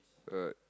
alright